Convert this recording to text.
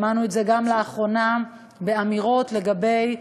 שמענו את זה לאחרונה באמירות לגבי